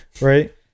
right